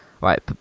right